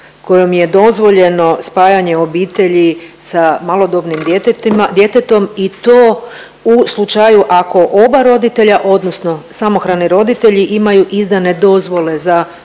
kojom je dozvoljeno spajanje obitelji sa malodobnim djetetom i to u slučaju ako oba roditelja odnosno samohrani roditelji imaju izdane dozvole za boravak